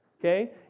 Okay